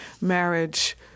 marriage